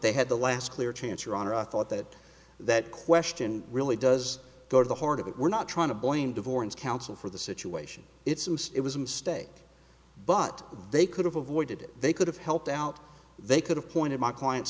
they had the last clear chance your honor i thought that that question really does go to the heart of it we're not trying to blame divorce counsel for the situation it's some it was a mistake but they could have avoided it they could have helped out they could have pointed my client